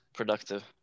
Productive